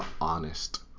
honest